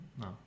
No